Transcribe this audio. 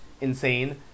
insane